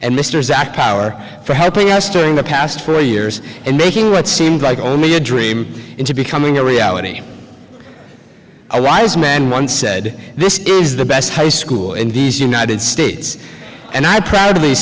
and mr zak power for helping us during the past four years and making what seemed like only a dream into becoming a reality i was a man once said this is the best high school in these united states and i proudly